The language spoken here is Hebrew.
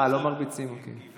אה, לא מרביצים, אוקיי.